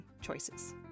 choices